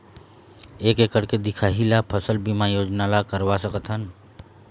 एक एकड़ के दिखाही ला फसल बीमा योजना ला करवा सकथन?